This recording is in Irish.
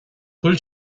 bhfuil